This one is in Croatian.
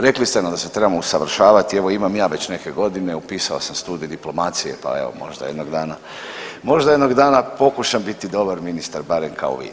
Rekli ste sam da se trebamo usavršavati, evo imam ja već neke godine, upisao sam studij diplomacije pa evo, možda jednog dana, možda jednog dana pokušam biti dobar ministar barem kao vi.